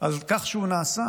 על כך שהוא נעשה.